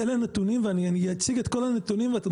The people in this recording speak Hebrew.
אז אלה הנתונים ואני אציג את כל הנתונים ואתם